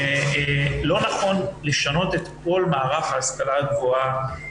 לא נכון לשנות את כל מערך ההשכלה הגבוהה